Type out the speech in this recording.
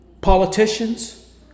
politicians